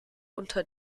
unter